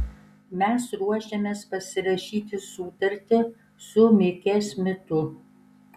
mes ruošiamės pasirašyti sutartį su mike smitu